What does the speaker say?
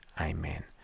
Amen